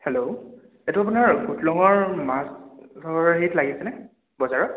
hello এইটো আপোনাৰ মাছৰ হেৰিত লাগিছেনে বজাৰত